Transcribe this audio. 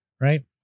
right